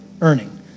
earning